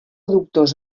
doctors